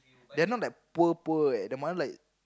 they're not that poor poor leh the mother like